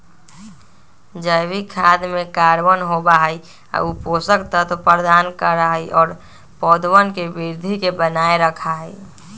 जैविक खाद में कार्बन होबा हई ऊ पोषक तत्व प्रदान करा हई और पौधवन के वृद्धि के बनाए रखा हई